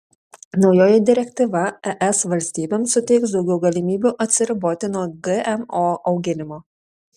naujoji direktyva es valstybėms suteiks daugiau galimybių atsiriboti nuo gmo auginimo